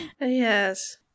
Yes